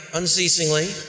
unceasingly